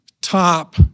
top